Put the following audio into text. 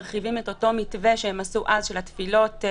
הם מרחיבים את אותו מתווה של התפילות שהם עשו אז,